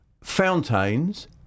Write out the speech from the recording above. fountains